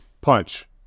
punch